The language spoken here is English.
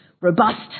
robust